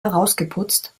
herausgeputzt